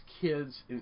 kids